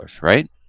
right